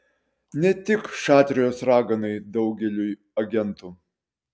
ne tik šatrijos raganai daugeliui agentų